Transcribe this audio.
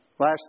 Last